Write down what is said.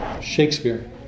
Shakespeare